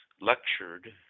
lectured